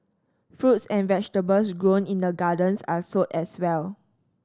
fruits and vegetables grown in the gardens are sold as well